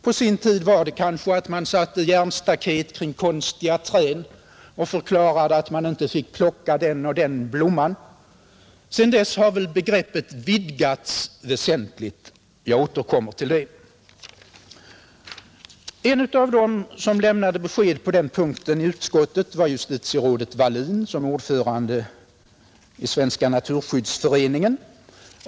På sin tid bestod den kanske i att man satte upp järnstaket kring konstiga träd och förklarade att man inte fick plocka den eller den blomman. Sedan dess har begreppet vidgats väsentligt. Jag återkommer till det. En av dem som lämnade besked i utskottet var justitierådet Walin, som är ordförande i Svenska naturskyddsföreningen.